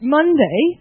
Monday